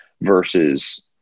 versus